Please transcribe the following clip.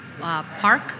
park